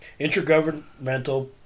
Intergovernmental